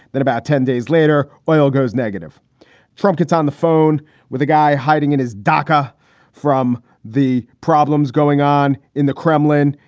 then about ten days later, oil goes negative trump gets on the phone with a guy hiding in his dacca from the problems going on in the kremlin.